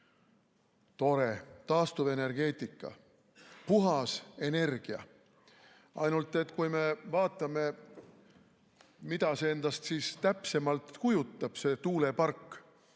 Tore, taastuvenergeetika, puhas energia. Ainult et kui me vaatame, mida see endast täpsemalt kujutab, see tuulepark,